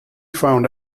found